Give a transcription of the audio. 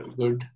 good